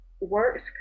works